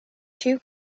two